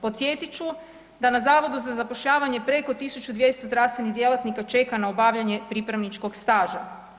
Podsjetit ću da na Zavodu za zapošljavanje preko 1200 zdravstvenih djelatnika čeka na obavljanje pripravničkog staža.